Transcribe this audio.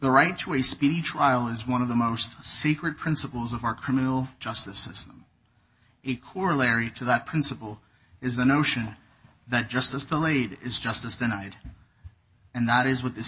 the right to a speedy trial is one of the most secret principles of our criminal justice system a corollary to that principle is the notion that justice delayed is justice denied and that is what this